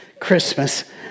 Christmas